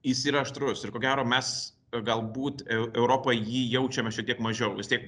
jis yra aštrus ir ko gero mes galbūt eu europoj jį jaučiame šiek tiek mažiau vis tiek